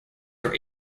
were